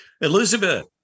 Elizabeth